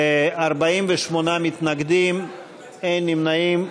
62, ואפס נמנעים.